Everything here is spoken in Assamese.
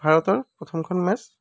ভাৰতৰ প্ৰথমখন মেটচ